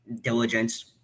Diligence